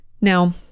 Now